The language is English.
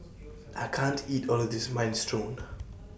I can't eat All of This Minestrone